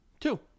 Two